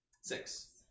six